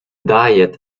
diet